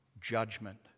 judgment